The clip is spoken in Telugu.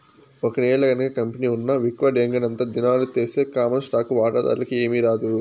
ఒకేలగనక కంపెనీ ఉన్న విక్వడేంగనంతా దినాలు తీస్తె కామన్ స్టాకు వాటాదార్లకి ఏమీరాదు